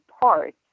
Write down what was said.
parts